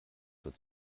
wird